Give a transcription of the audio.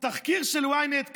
תחקיר של ynet,